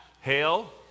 Hail